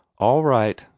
all right,